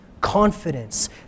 confidence